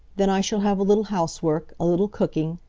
then i shall have a little housework, a little cooking,